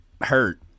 hurt